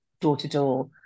door-to-door